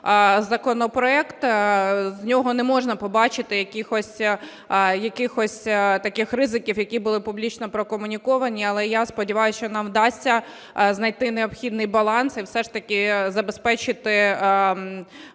законопроект, з нього не можна побачити якихось таких ризиків, які були публічно прокомуніковані. Але я сподіваюсь, що нам вдасться знайти необхідний баланс і все ж таки забезпечити